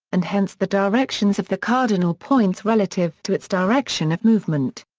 and hence the directions of the cardinal points relative to its direction of movement.